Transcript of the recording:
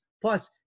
plus